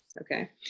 Okay